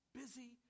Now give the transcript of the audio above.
busy